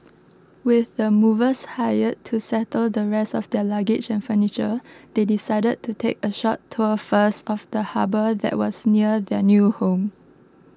with the movers hired to settle the rest of their luggage and furniture they decided to take a short tour first of the harbour that was near their new home